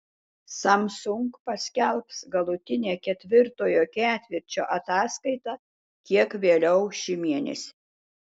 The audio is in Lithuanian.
samsung paskelbs galutinę ketvirtojo ketvirčio ataskaitą kiek vėliau šį mėnesį